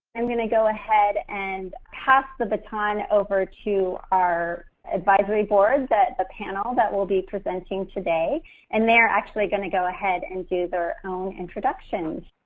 i'm gonna go ahead and pass the baton over to our advisory board, the ah panel that will be presenting today and they're actually gonna go ahead and do their own introductions.